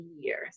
years